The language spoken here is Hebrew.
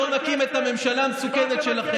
אנחנו דיברנו על זה שלא נקים את הממשלה המסוכנת שלכם,